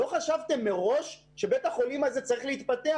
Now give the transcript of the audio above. חשבתם מראש שבית החולים הזה צריך להתפתח?